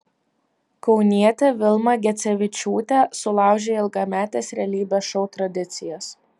kaunietė vilma gecevičiūtė sulaužė ilgametes realybės šou tradicijas